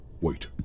Wait